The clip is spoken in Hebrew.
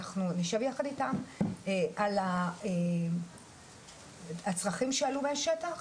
אנחנו נשב יחד איתם על הצרכים שעלו מהשטח,